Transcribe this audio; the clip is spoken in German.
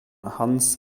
hans